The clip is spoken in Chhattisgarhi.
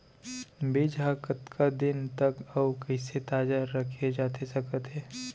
बीज ह कतका दिन तक अऊ कइसे ताजा रखे जाथे सकत हे?